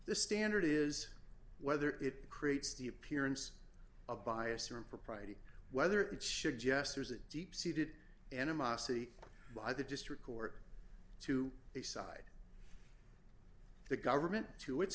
the standard is whether it creates the appearance of bias or impropriety whether it should jesters it deep seated animosity by the district court to the side the government to